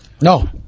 No